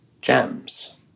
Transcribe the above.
Gems